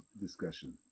discussion